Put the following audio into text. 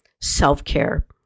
self-care